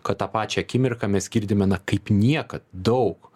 kad tą pačią akimirką mes girdime na kaip niekad daug